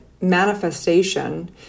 manifestation